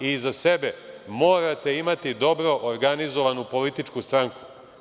Iza sebe morate imati dobro organizovanu političku stranku.